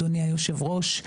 אדוני היושב-ראש?